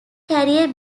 career